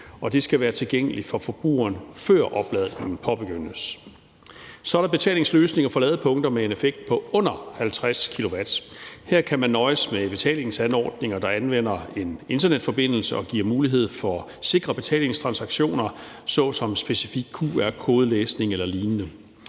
det skal være tilgængeligt for forbrugeren, før opladningen påbegyndes. Så er der betalingsløsninger for ladepunkter med en effekt på under 50 kW. Her kan man nøjes med betalingsanordninger, der anvender en internetforbindelse og giver mulighed for sikre betalingstransaktioner såsom specifik QR-kodelæsning eller lignende.